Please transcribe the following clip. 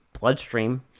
bloodstream